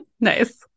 Nice